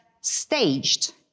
staged